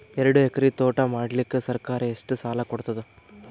ಎರಡು ಎಕರಿ ತೋಟ ಮಾಡಲಿಕ್ಕ ಸರ್ಕಾರ ಎಷ್ಟ ಸಾಲ ಕೊಡತದ?